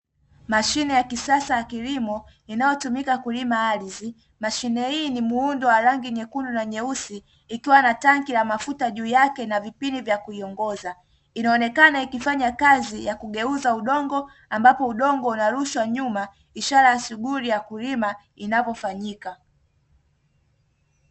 Mashine ya kisasa ya kilimo, inayotumika kulima ardhi. Mashine hii ni muundo wa rangi nyekundu na nyeusi, ikiwa na tangi la mafuta juu yake na vipini vya kuiongoza. Inaonekana ikifanya kazi ya kugeuza udongo, ambapo udongo unarushwa nyuma, ishara ya shughuli ya kulima inavyofanyika.